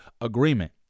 agreement